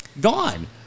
Gone